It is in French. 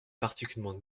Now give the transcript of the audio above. particulièrement